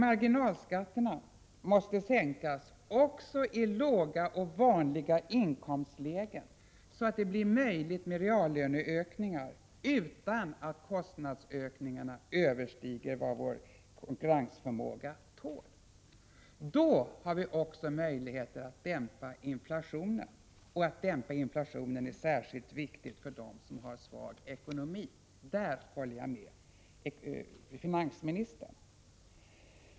Marginalskatterna måste sänkas också i låga och vanliga inkomstlägen, så att det blir möjligt med reallöneökningar utan att kostnadsökningarna överstiger vad vår konkurrensförmåga tål. Då har vi också möjligheter att dämpa inflationen. Och att dämpa inflationen är särskilt viktigt när det gäller dem som har svag ekonomi — därvidlag håller jag med finansministern.